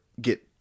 get